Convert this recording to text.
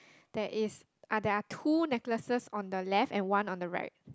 there is uh there are two necklaces on the left and one on the right